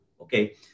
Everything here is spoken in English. okay